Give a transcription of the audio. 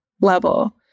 level